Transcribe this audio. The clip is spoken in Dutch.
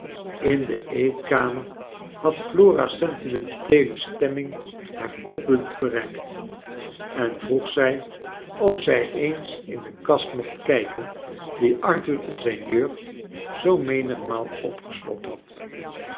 in de eetkamer had flora's sentimenteele stemming haar toppunt bereikt en vroeg zij of zij eens in de kast mocht kijken die arthur in zijn jeugd zoo menigmaal opgeslokt had